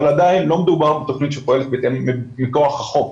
אבל עדיין לא מדובר בתוכנית שפועלת מכוח החוק.